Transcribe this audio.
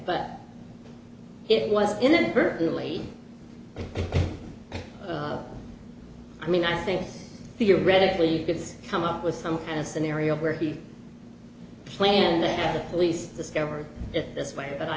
but it was inadvertently i mean i think theoretically you could come up with some kind of scenario where he planned to have the police discovered it this way but i